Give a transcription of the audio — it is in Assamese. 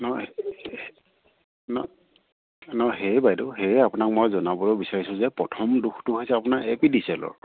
নহয় সেয়ে বাইদেউ সেয়ে আপোনাক মই জনাবলে বিচাৰিছোঁ যে প্ৰথম দোষটো হৈছে আপোনাৰ এ পি ডি চি এলৰ